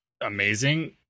amazing